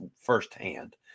firsthand